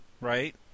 Right